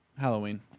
Halloween